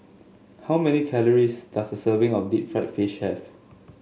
how many calories does a serving of Deep Fried Fish have